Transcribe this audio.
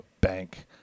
bank